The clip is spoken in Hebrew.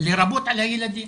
לרבות על הילדים.